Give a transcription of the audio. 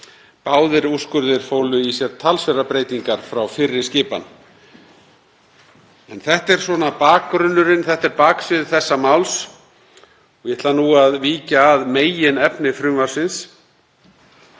Báðir úrskurðirnir fólu í sér talsverðar breytingar frá fyrri skipan. Þetta er svona bakgrunnurinn eða baksvið þessa máls, en ég ætla nú að víkja að meginefni frumvarpsins.